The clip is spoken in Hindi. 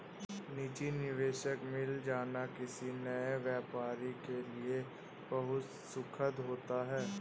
निजी निवेशक मिल जाना किसी नए व्यापारी के लिए बहुत सुखद होता है